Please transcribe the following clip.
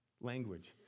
language